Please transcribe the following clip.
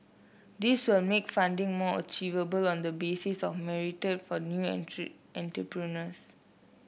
this will make funding more achievable on the basis of merit for new entrepreneurs